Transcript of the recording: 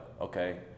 okay